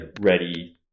ready